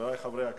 חברי חברי הכנסת,